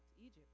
Egypt